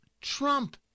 Trump